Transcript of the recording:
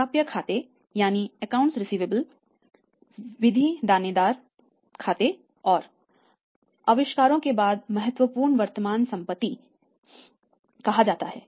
प्रतिलोम कहा जाता है